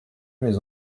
mes